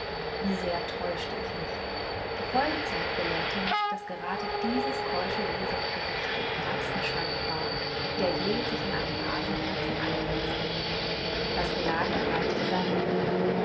wie sehr täuschte ich mich die folgezeit belehrte mich daß grade dieses keusche josephgesicht den ärgsten schalk barg der je sich in einem pagenherzen eingenistet das gelage erreichte sein ende